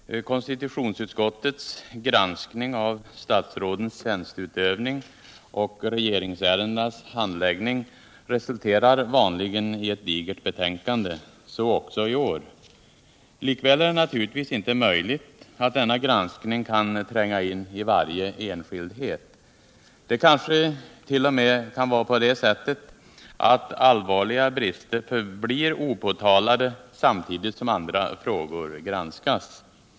Herr talman! Konstitutionsutskottets granskning av statsrådens tjänsteutövning och regeringsärendenas handläggning resulterar vanligen i ett digert betänkande. Så också i år. Likväl är det naturligtvis inte möjligt att denna granskning kan tränga in i varje enskildhet. Det kan kanske t.o.m. vara på det sättet att allvarliga brister förblir opåtalade samtidigt som andra frågor granskas.